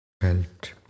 felt